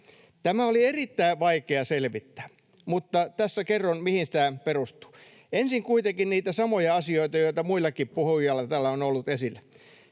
Tämä oli erittäin vaikea selvittää, mutta tässä kerron, mihin tämä perustuu. Ensin kuitenkin niitä samoja asioita, joita muillakin puhujilla täällä on ollut esillä.